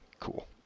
cool